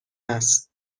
است